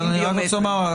אבל אני רק רוצה לומר,